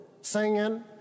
singing